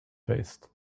faced